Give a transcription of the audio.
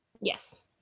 yes